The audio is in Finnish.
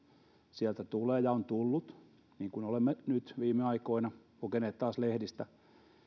sieltä tulee ja on tullut niin kuin olemme nyt viime aikoina lukeneet taas lehdistä